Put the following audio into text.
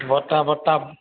বৰ্তা বৰ্তা